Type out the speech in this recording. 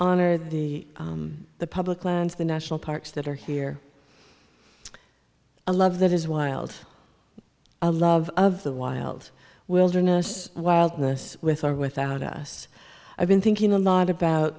honor the the public lands the national parks that are here a love that is wild a love of the wild wilderness wildness with or without us i've been thinking a lot about